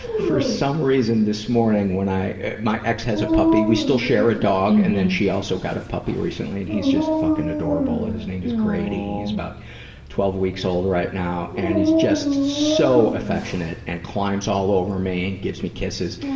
for some reason this morning, when i my ex has a puppy we still share a dog, and then she also got a puppy recently. and he's just fucking adorable. his name is grady. he's about twelve weeks old right now. and he's just so affectionate and climbs all over me and gives me kisses.